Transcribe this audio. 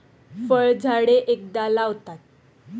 फळझाडे एकदा लावतात